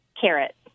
Carrot